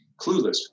Clueless